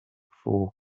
four